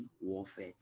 warfare